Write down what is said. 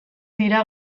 dira